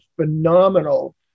phenomenal